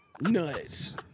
Nuts